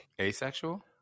Asexual